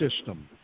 system